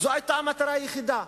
זו היתה המטרה היחידה.